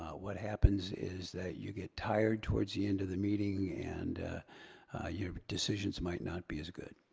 what happens is that you get tired towards the end of the meeting and your decisions might not be as good.